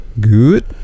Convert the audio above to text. Good